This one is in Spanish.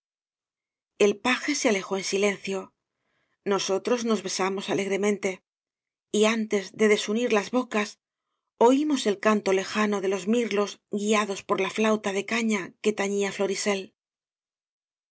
el paje se alejó en silencio nosotros nos besamos alegremente y antes de desunir las bocas oímos el canto lejano de los millos guiados por la flauta de caña que tañía